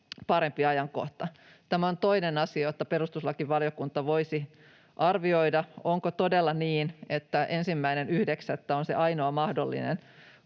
parempi ajankohta. Tämä on toinen asia, jota perustuslakivaliokunta voisi arvioida: onko todella niin, että 1.9. on se ainoa mahdollinen?